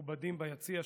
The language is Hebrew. המכובדים ביציע,